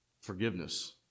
Forgiveness